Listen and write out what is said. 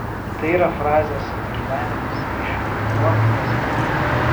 tai yra frazės gyvenimas vyšnių dubuo prasmė